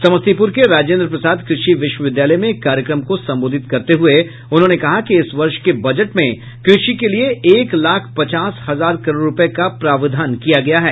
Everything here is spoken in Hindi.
समस्तीपुर के राजेन्द्र प्रसाद कृषि विश्वविद्यालय में एक कार्यक्रम को संबोधित करते हुए उन्होंने कहा कि इस वर्ष के बजट में कृषि के लिये एक लाख पचास हजार करोड़ रूपये का प्रावधान किया गया है